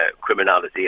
criminality